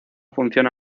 funciona